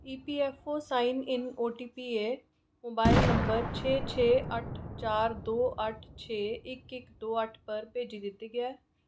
EPFO sign in OTP ऐ mobile number छे छे अट्ठ चार दो अट्ठ छे इक इक दो अट्ठ पर भेजी दित्ती गेआ ऐ